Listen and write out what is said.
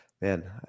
Man